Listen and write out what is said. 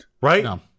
right